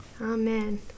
Amen